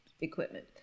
equipment